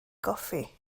goffi